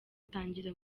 utangira